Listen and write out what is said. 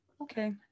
Okay